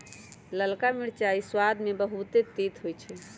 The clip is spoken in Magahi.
ललका मिरचाइ सबाद में बहुते तित होइ छइ